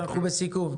אנחנו בסיכום.